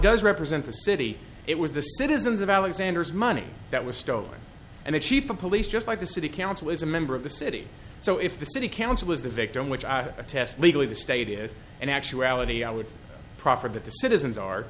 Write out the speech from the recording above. does represent the city it was the citizens of alexander's money that was stolen and the chief of police just like the city council is a member of the city so if the city council is the victim which i attest legally the state is an actuality i would proffer that the citizens are